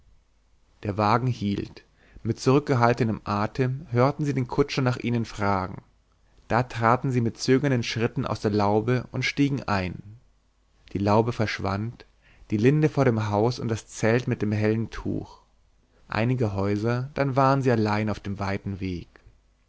der wagen hielt mit zurückgehaltenem atem hörten sie den kutscher nach ihnen fragen da traten sie mit zögernden schritten aus der laube und stiegen ein die laube verschwand die linde vor dem haus und das zelt mit dem hellen tuch einige häuser dann waren sie allein auf dem weiten weg